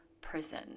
prison